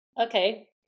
Okay